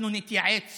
אנחנו נתייעץ